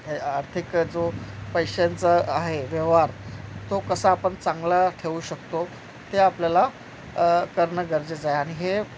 हे आर्थिक जो पैशांचा आहे व्यवहार तो कसा आपण चांगला ठेवू शकतो ते आपल्याला करणं गरजेचं आहे आणि हे